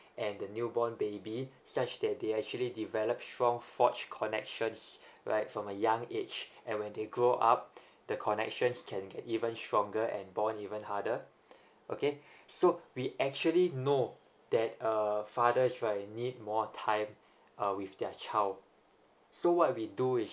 and the newborn baby such that they actually develop strong forge connections right from a young age and when they grow up the connections can get even stronger and bond even harder okay so we actually know that uh father's right need more time uh with their child so what we do is